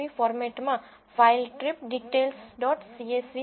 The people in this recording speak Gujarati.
csv ફોર્મેટમાં ફાઇલ ટ્રીપ ડિટેલ્સ ડોટ સીએસવીtripDetails